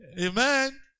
amen